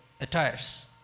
Attires